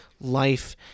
life